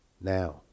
now